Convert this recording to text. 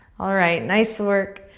all right, nice work.